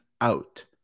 out